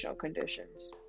conditions